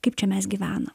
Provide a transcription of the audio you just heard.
kaip čia mes gyvenam